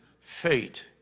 fate